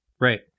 Right